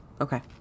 Okay